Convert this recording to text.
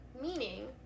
Meaning